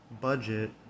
budget